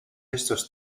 estos